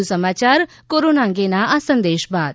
વધુ સમાચાર કોરોના અંગેના આ સંદેશ બાદ